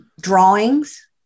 drawings